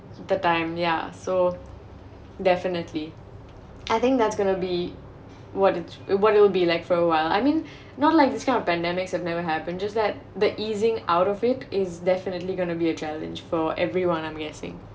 the time ya so definitely I think that's going to be what it what it will be like for awhile I mean not like this kind of pandemic have never happened just that the easing out of it is definitely going to be a challenge for everyone I'm guessing